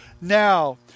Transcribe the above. now